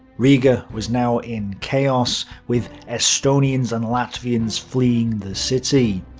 riga was now in chaos, with estonians and latvians fleeing the city.